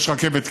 יש רכבת קלה,